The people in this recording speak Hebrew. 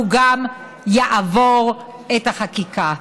הוא גם יעבור בחקיקה.